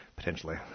potentially